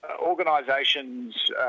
Organisations